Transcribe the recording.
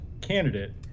candidate